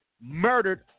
murdered